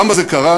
למה זה קרה?